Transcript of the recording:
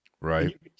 Right